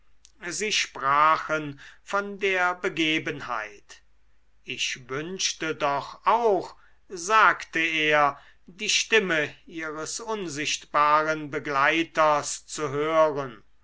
sie sprachen von der begebenheit ich wünschte doch auch sagte er die stimme ihres unsichtbaren begleiters zu hören